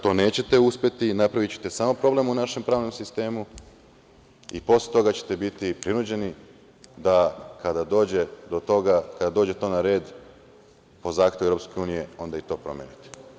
To nećete uspeti i napravićete samo problem u našem pravnom sistemu i posle toga ćete biti prinuđeni da kada dođe do toga, kada dođe to na red, po zahtevu EU, onda i to promenite.